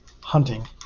hunting